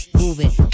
moving